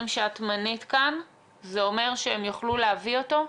שאת מנית כאן זה אומר שהם יוכלו להביא אותו?